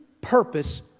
purpose